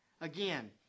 Again